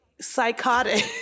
psychotic